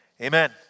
amen